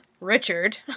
Richard